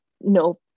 no